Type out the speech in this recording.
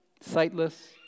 Sightless